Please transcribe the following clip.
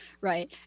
right